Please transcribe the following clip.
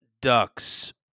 Ducks